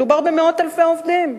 מדובר במאות אלפי עובדים,